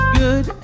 good